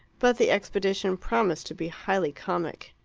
but the expedition promised to be highly comic.